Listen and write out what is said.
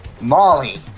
Molly